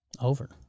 Over